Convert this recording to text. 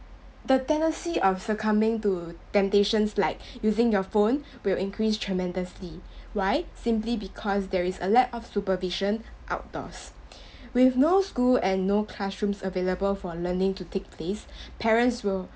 the tendency of succumbing to temptations like using your phone will increase tremendously why simply because there is a lack of supervision outdoors with no school and no classrooms available for a learning to take place parents will